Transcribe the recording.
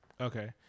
Okay